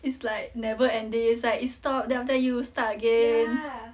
it's like never ending its like it's stored then after that 又 start again